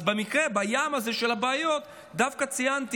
אז במקרה, בים הזה של הבעיות דווקא ציינתי את